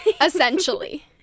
essentially